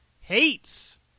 Hates